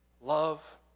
Love